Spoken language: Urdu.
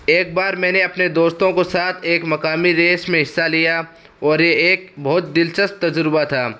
ایک بار میں نے اپنے دوستوں کو ساتھ ایک مقامی ریس میں حصہ لیا اور ایک بہت دلچسپ تجربہ تھا